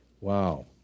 Wow